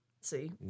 see